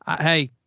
hey